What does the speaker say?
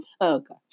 Okay